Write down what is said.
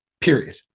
period